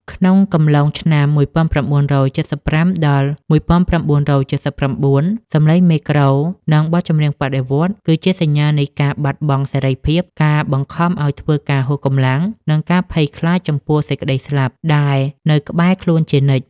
ក្នុងកំឡុងឆ្នាំ ១៩៧៥ ដល់ ១៩៧៩ សម្លេងមេក្រូ និងបទចម្រៀងបដិវត្តន៍គឺជាសញ្ញានៃការបាត់បង់សេរីភាព ការបង្ខំឱ្យធ្វើការហួសកម្លាំង និងការភ័យខ្លាចចំពោះសេចក្តីស្លាប់ដែលនៅក្បែរខ្លួនជានិច្ច។